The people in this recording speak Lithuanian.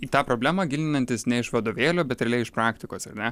į tą problemą gilinantis ne iš vadovėlio bet realiai iš praktikos ar ne